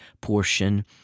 portion